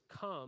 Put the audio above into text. come